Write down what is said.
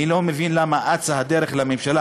אני לא מבין למה אצה הדרך לממשלה,